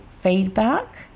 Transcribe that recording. feedback